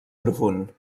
profund